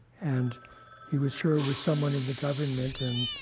and he was sure it was someone in the government. and